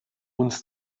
uns